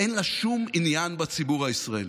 ואין לה שום עניין בציבור הישראלי.